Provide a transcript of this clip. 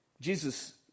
Jesus